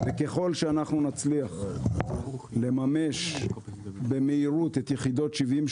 וככל שאנחנו נצליח לממש במהירות את יחידות 80-70,